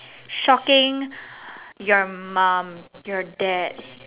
shocking your mum and your dad